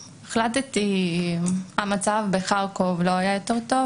המצב בחרקוב לא היה יותר טוב,